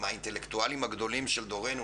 מהאינטלקטואלים הגדולים של דורנו,